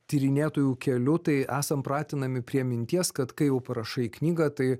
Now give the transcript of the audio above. tyrinėtojų keliu tai esam pratinami prie minties kad kai jau parašai knygą tai